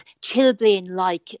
Chilblain-like